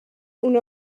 una